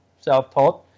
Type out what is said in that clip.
self-taught